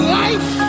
life